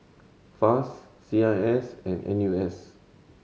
FAS C I S and N U S